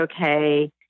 okay